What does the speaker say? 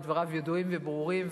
ודבריו ידועים וברורים,